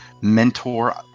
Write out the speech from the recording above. mentor